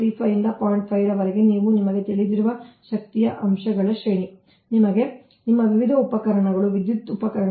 5 ರವರೆಗೆ ಇವು ನಿಮಗೆ ತಿಳಿದಿರುವ ಶಕ್ತಿಯ ಅಂಶಗಳ ಶ್ರೇಣಿ ನಿಮ್ಮ ವಿವಿಧ ಉಪಕರಣಗಳು ವಿದ್ಯುತ್ ಉಪಕರಣಗಳು